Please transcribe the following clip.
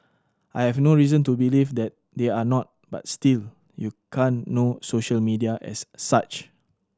I have no reason to believe that they are not but still you can't know social media as such